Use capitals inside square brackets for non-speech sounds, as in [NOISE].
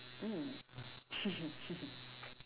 mm [LAUGHS]